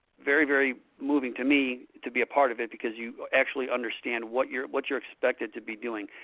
very, very moving to me, to be a part of it, because you actually understand what you're what you're expected to be doing,